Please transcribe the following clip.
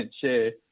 share